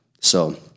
So-